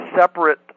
separate